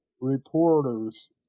reporters